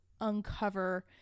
uncover